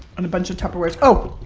and a bunch of tupperwares oh,